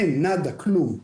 אין כלום.